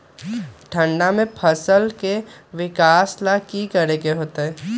ठंडा में फसल के विकास ला की करे के होतै?